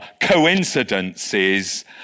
coincidences